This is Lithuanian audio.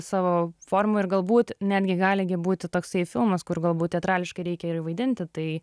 savo formų ir galbūt netgi gali gi būti toksai filmas kur galbūt teatrališkai reikia ir vaidinti tai